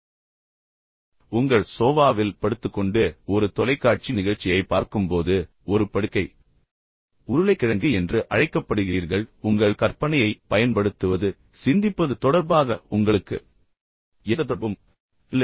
அதனால்தான் உங்கள் சோபாவில் படுத்துக் கொண்டு ஒரு தொலைக்காட்சி நிகழ்ச்சியைப் பார்க்கும்போது நீங்கள் ஒரு படுக்கை உருளைக்கிழங்கு என்று அழைக்கப்படுகிறீர்கள் அதாவது உங்கள் கற்பனையை பயன்படுத்துவது அல்லது சிந்திப்பது தொடர்பாக உங்களுக்கு எந்த தொடர்பும் இல்லை